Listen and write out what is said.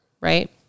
right